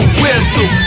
whistle